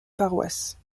paroisse